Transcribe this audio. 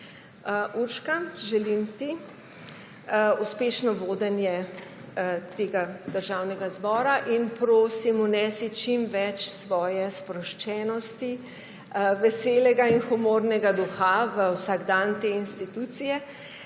Urška, želim ti uspešno vodenje Državnega zbora in prosim, vnesi čim več svoje sproščenosti, veselega in humornega duha v vsakdan te institucije.